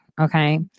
okay